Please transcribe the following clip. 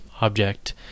object